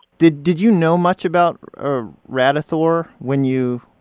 did did you know much about radithor when you,